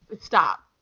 Stop